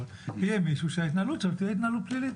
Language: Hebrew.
יהיה מישהו שההתנהלות שלו תהיה התנהלות פלילית.